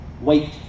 Wait